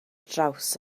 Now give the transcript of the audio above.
draws